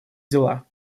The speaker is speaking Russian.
дела